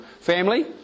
family